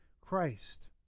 Christ